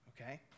okay